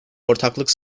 ortaklık